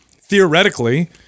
theoretically